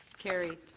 carried.